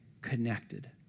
connected